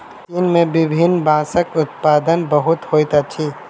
चीन में विभिन्न बांसक उत्पादन बहुत होइत अछि